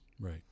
Right